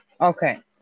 okay